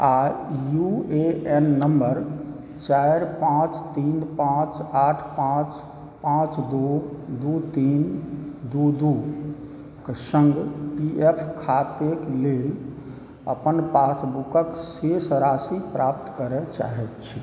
आ U A N number चारि पाँच तीन पाँच आठ पाँच पाँच दू दू तीन दू दूक सङ्ग पी फ खातेक लेल अपन पासबुकक शेष राशिक प्राप्त करय चाहैत छी